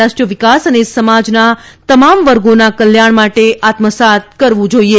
રાષ્ટ્રીય વિકાસ અને સમાજના તમામ વર્ગોના કલ્યાણ માટે આત્મસાત કરવું જાઈએ